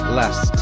last